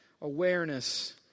awareness